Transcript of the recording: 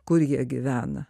kur jie gyvena